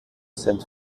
sind